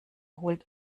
holt